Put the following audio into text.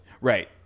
Right